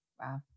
Wow